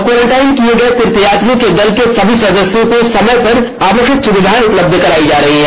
quarantine किये तीर्थ यात्रियों के दल के सभी सदस्यों को समय पर आवष्यक सुविधाएं उपलब्ध करायी जा रही है